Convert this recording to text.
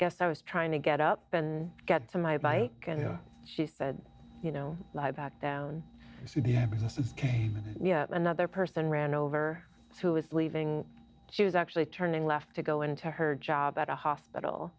guess i was trying to get up and get to my bike and she said you know lie back down you know another person ran over who was leaving she was actually turning left to go into her job at a hospital